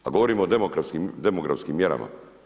A govorimo o demografskim mjerama.